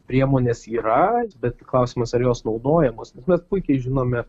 priemonės yra bet klausimas ar jos naudojamos mes puikiai žinome